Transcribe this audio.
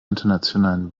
internationalen